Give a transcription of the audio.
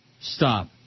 Stop